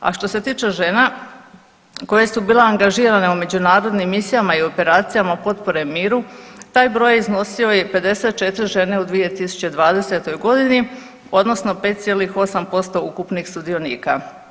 A što se tiče žena koje su bile angažirane u međunarodnim misijama i operacijama potpore miru taj broj iznosio je 54 žene u 2020. godini odnosno 5,8% ukupnih sudionika.